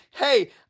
Hey